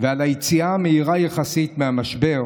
ועל היציאה המהירה יחסית מהמשבר,